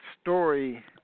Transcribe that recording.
story